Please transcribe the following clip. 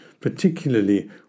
particularly